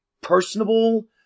personable